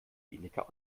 weniger